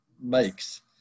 makes